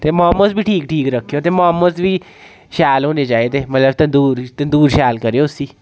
ते मोमोस बी ठीक ठीक रक्खेओ ते मोमोस बी शैल होने चाहिदे मतलब तंदूर तंदूर शैल करेओ उसी